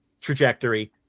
trajectory